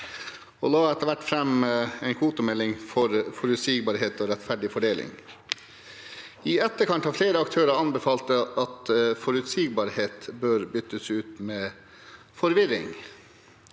la etter hvert fram en kvotemelding for forutsigbarhet og rettferdig fordeling. I etterkant har flere aktører anbefalt at «forutsigbarhet» bør byttes ut med «forvirring»,